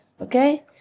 Okay